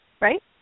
Right